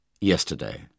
Yesterday